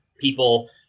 People